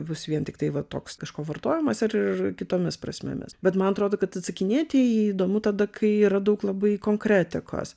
bus vien tiktai va toks kažko vartojimas ar ir kitomis prasmėmis bet man atrodo kad atsakinėti įdomu tada kai yra daug labai konkretikos